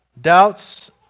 doubts